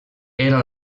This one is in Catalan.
era